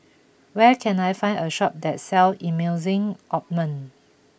where can I find a shop that sell Emulsying Ointment